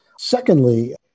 Secondly